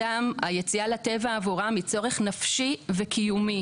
היציאה לטבע עבור בני אדם היא צורך נפשי וקיומי.